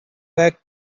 back